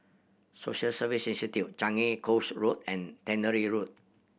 Social Service Institute Changi Coast Road and Tannery Road